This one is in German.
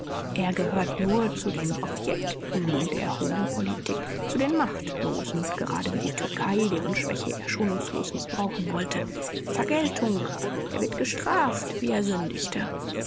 er gehört nur zu den objekten der hohen politik zu den machtlosen gerade wie die türkei deren schwäche er schonungslos mißbrauchen wollte vergeltung er wird gestraft wie er sündigte